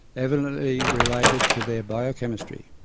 evidently related to their biochemistry.